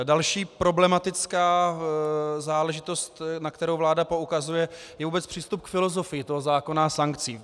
Další problematická záležitost, na kterou vláda poukazuje, je vůbec přístup k filozofii toho zákona a sankcí.